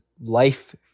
life